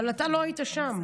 אבל אתה לא היית שם,